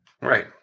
Right